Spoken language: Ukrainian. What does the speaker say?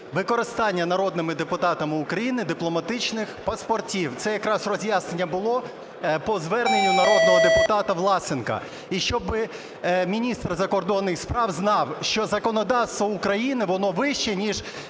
використання народними депутатами дипломатичних паспортів, це якраз роз'яснення було по зверненню народного депутата Власенка, і щоби міністр закордонних справ знав, що законодавство України, воно вище, ніж